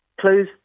close